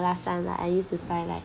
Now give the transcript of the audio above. last time like I used to fight like